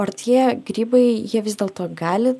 ar tie grybai jie vis dėlto gali